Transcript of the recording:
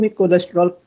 cholesterol